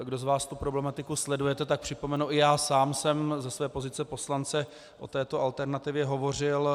Kdo z vás tu problematiku sledujete, tak připomenu, i já sám jsem ze své pozice poslance o této alternativě hovořil.